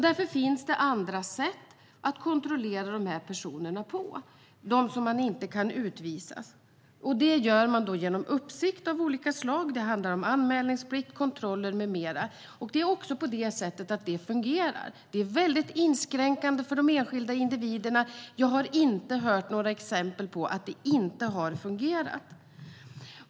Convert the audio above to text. Därför finns det andra sätt att kontrollera de personer som inte kan utvisas. Det gör man genom uppsikt av olika slag; det handlar om anmälningsplikt, kontroller med mera. Det är också på det sättet att det fungerar. Det är väldigt inskränkande för de enskilda individerna, och jag har inte hört några exempel på att det inte har fungerat.